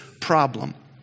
problem